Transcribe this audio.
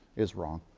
is wrong.